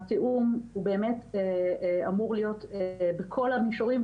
התאום הוא באמת אמור להיות בכל המישורים,